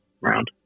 round